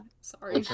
Sorry